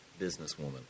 businesswoman